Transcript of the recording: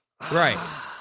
Right